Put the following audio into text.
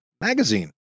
magazine